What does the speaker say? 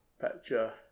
picture